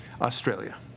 Australia